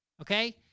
okay